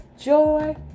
joy